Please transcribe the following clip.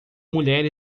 mulher